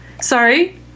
Sorry